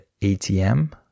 ATM